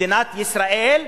מדינת ישראל,